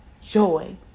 joy